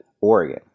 Oregon